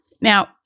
Now